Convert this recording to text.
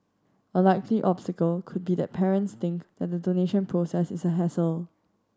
a likely obstacle could be that parents think that the donation process is a hassle